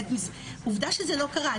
עובדה שזה לא קרה.